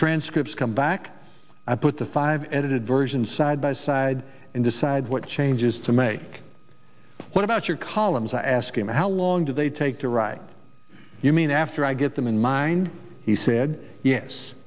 transcripts come back i put the five edited version side by side and decide what changes to make what about your columns i ask him how long do they take to write you mean after i get them in mind he said yes